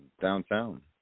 downtown